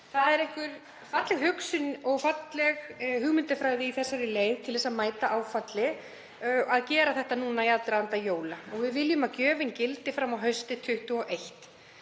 Það er einhver falleg hugsun og falleg hugmyndafræði í þessari leið til að mæta áfalli að gera þetta núna í aðdraganda jóla. Við viljum að gjöfin gildi fram á haustið 2021.